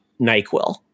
nyquil